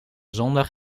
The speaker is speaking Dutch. zondag